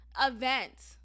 event